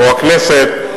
או הכנסת,